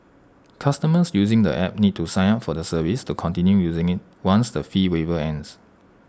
customers using the app need to sign up for the service to continue using IT once the fee waiver ends